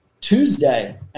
Tuesday